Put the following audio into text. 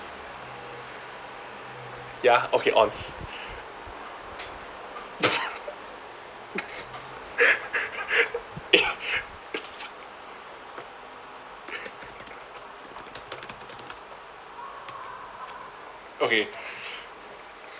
ya okay ons okay